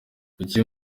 kuki